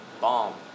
bomb